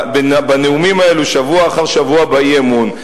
בנאומים האלו שבוע אחר שבוע באי-אמון.